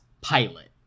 pilot